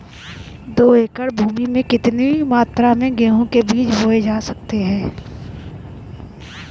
दो एकड़ भूमि में कितनी मात्रा में गेहूँ के बीज बोये जा सकते हैं?